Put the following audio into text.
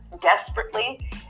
desperately